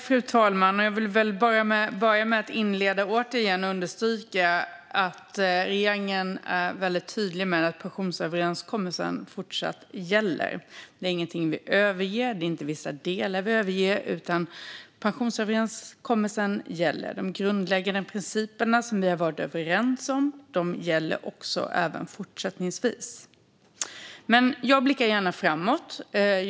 Fru talman! Jag vill börja med att återigen understryka att regeringen är tydlig med att pensionsöverenskommelsen fortsatt gäller. Vi överger den inte, heller inte vissa delar av den, utan de grundläggande principer som vi har varit överens om gäller även fortsättningsvis. Jag blickar dock gärna framåt.